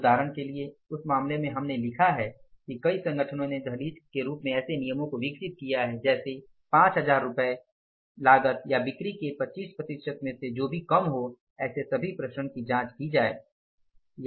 उदाहरण के लिए इस मामले में हमने लिखा है कि कई संगठनों ने दहलीज के ऐसे नियमों को विकसित किया है जैसे 5000 रूपए या लागत और बिक्री के 25 प्रतिशत में से जो भी कम हो ऐसे सभी विचरण की जाँच की जाये